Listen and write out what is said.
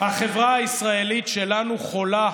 החברה הישראלית שלנו חולה.